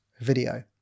video